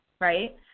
right